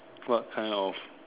what kind of